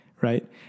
right